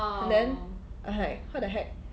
and then I was like what the heck